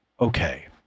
Okay